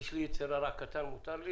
ספרו לנו